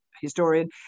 historian